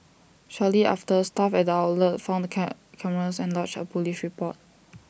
shortly after staff at the outlet found the can cameras and lodged A Police report